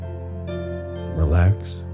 relax